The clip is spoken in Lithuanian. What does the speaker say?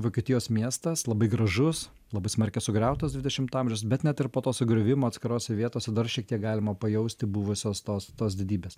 vokietijos miestas labai gražus labai smarkiai sugriautas dvidešimto amžiaus bet net ir po to sugriovimo atskirose vietose dar šiek tiek galima pajausti buvusios tos tos didybės